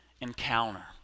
encounter